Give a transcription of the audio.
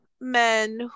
men